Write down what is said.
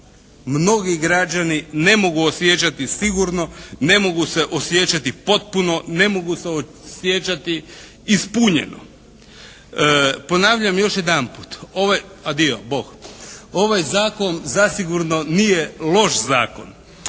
mnogi građani ne mogu osjećati sigurno, ne mogu se osjećati potpuno, ne mogu se osjećati ispunjeno. Ponavljam još jedanput, ovaj zakon zasigurno nije loš zakon.